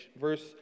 verse